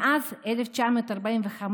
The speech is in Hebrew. מאז 1945,